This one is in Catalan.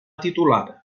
titular